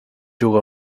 juga